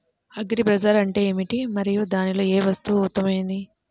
Agri బజార్ అంటే ఏమిటి మరియు దానిలో ఏ వస్తువు ఉత్తమమైనది?